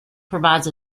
provides